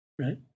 right